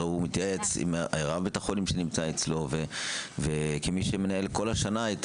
הרי הוא מתייעץ עם רב בית החולים שנמצא אצלו וכמי שמנהל כל השנה את